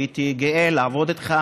הייתי גאה לעבוד איתך